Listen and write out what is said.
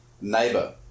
neighbor